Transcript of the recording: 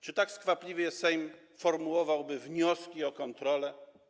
Czy tak skwapliwie Sejm formułowałby wnioski o kontrole?